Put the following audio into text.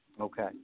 Okay